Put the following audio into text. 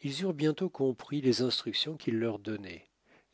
ils eurent bientôt compris les instructions qu'il leur donnait